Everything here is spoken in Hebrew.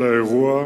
רצוני לשאול: